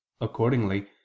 accordingly